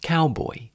Cowboy